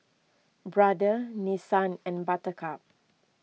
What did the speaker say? Brother Nissan and Buttercup